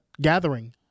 gathering